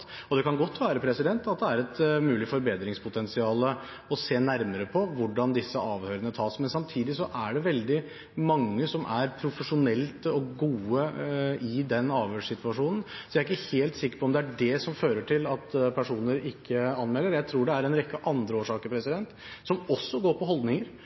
Det kan godt være at det er et mulig forbedringspotensial å se nærmere på hvordan disse avhørene tas. Men samtidig er det veldig mange som er profesjonelle og gode i den avhørssituasjonen, så jeg er ikke helt sikker på om det er det som fører til at personer ikke anmelder. Jeg tror det er en rekke andre årsaker, som også går på holdninger,